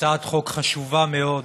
הצעת חוק חשובה מאוד,